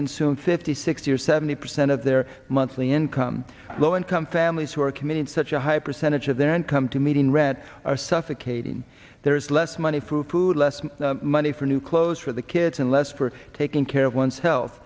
consume fifty sixty or seventy percent of their monthly income low income families who are committed such a high percentage of their income to median rent are suffocating there's less money food less money for new clothes for the kids and less for taking care of oneself